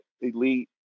elite